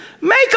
Make